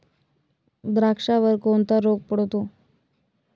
द्राक्षावर कोणता रोग पडतो?